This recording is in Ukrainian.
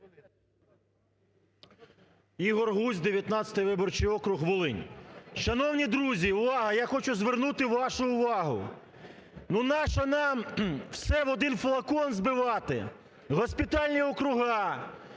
Ігор Гузь, 19 виборчий округ, Волинь. Шановні друзі, увага! Я хочу звернути вашу увагу, ну, нащо нам все в один флакон збивати. Госпітальні округа,